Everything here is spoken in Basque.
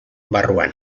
barruan